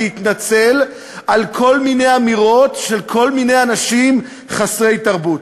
להתנצל על כל מיני אמירות של כל מיני אנשים חסרי תרבות,